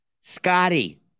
Scotty